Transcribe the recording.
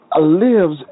lives